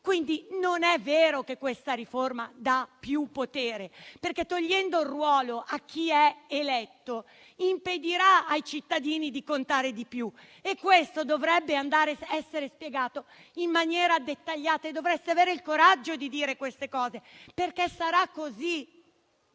non è vero che questa riforma dà più potere, perché, togliendo il ruolo a chi è eletto, impedirà ai cittadini di contare di più e questo dovrebbe essere spiegato in maniera dettagliata. Dovreste avere il coraggio di dire queste cose, perché sarà così. Io faccio